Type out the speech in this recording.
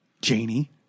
Janie